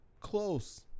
close